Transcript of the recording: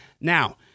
Now